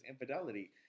infidelity